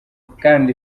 kandi